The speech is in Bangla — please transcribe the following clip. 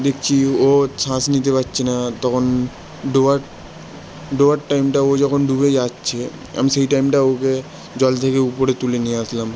দেখছি ও শ্বাস নিতে পারছে না তখন ডোবার ডোবার টাইমটা ও যখন ডুবে যাচ্ছে আমি সেই টাইমটা ওকে জল থেকে উপরে তুলে নিয়ে আসলাম